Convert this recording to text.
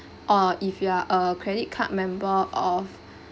or if you are a credit card member of